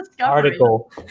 article